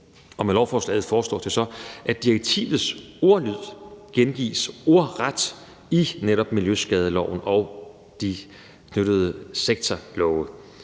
Med lovforslaget foreslås det så, at direktivets ordlyd gengives ordret i netop miljøskadeloven og i de tilknyttede sektorlove.